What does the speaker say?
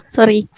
Sorry